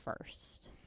first